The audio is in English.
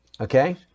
Okay